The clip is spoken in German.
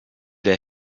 der